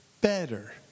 better